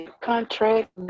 contract